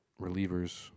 relievers